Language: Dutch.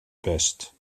best